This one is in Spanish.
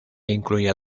incluía